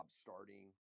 starting